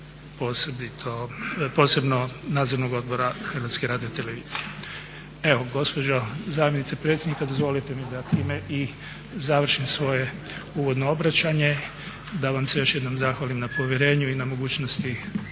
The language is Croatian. posebno Nadzornog odbora Hrvatske radiotelevizije. Evo gospođo zamjenice predsjednika, dozvolite mi da time i završim svoje uvodno obraćanje, da vam se još jednom zahvalim na povjerenju i na mogućnosti